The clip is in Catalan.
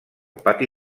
pati